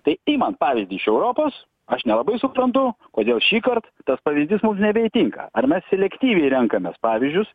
tai imam pavyzdį iš europos aš nelabai suprantu kodėl šįkart tas pavyzdys nebetinka ar mes selektyviai renkamės pavyzdžius